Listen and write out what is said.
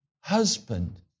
husband